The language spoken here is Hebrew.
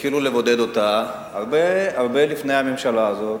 התחילו לבודד אותה הרבה לפני תקופת הממשלה הזאת,